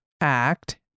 act